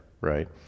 right